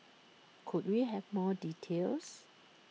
could we have more details